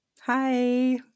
hi